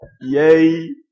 yay